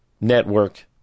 network